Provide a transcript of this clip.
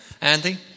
Andy